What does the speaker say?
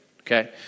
Okay